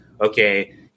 okay